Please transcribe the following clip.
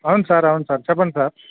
అవును సార్ అవును సార్ చెప్పండి సార్